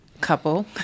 couple